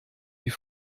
die